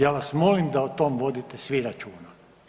Ja vas molim da o tom vodite svi računa.